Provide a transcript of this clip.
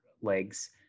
legs